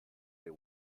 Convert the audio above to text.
they